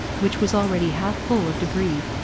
which was already half full of debris.